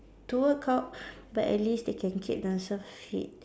to work out but at least they can keep themselves fit